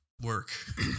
work